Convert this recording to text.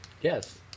Yes